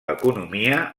economia